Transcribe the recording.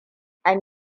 an